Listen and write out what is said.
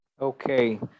Okay